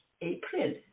April